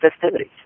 festivities